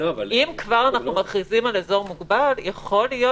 אם כבר אנחנו מכריזים על אזור מוגבל יכול להיות